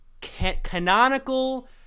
canonical